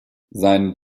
seinen